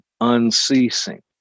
unceasing